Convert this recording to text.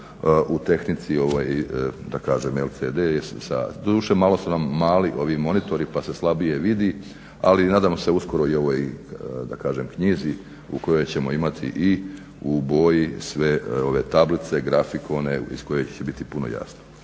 kažem LCD, doduše malo su nam mali ovi monitori pa se slabije vidi, ali nadam se uskoro i ovoj da kažem knjizi u kojoj ćemo imati i u boji sve ove tablice, grafikone iz kojih će biti puno jasnije.